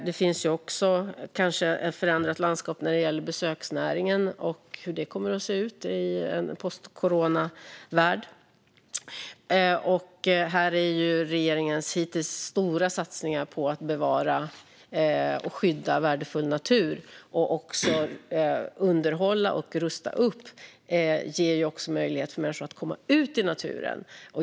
Det blir kanske också ett förändrat landskap när det gäller besöksnäringen i en postcoronavärld. Här finns regeringens hittills stora satsningar på att bevara och skydda värdefull natur. Att underhålla och rusta upp ger också människor möjlighet att komma ut i naturen.